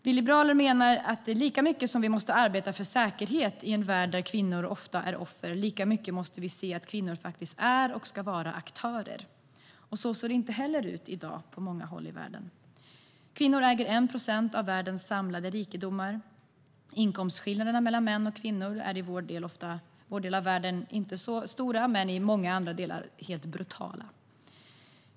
Vi liberaler menar att lika mycket som vi måste arbeta för säkerhet i en värld där kvinnor ofta är offer, lika mycket måste vi se att kvinnor faktiskt är och ska vara aktörer. Så ser det inte ut i dag på många håll i världen. Kvinnor äger 1 procent av världens samlade rikedomar. Inkomstskillnaderna mellan män och kvinnor är i vår del av världen inte så stora, men i många andra delar av världen är de brutala.